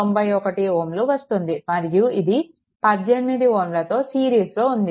91 Ω వస్తుంది మరియు ఇది 18Ωతో సిరీస్లో ఉంది